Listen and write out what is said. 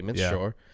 sure